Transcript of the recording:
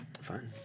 fine